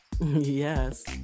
Yes